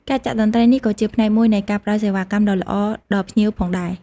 ការចាក់តន្រ្តីនេះក៏ជាផ្នែកមួយនៃការផ្តល់សេវាកម្មដ៏ល្អដល់ភ្ញៀវផងដែរ។